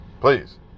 please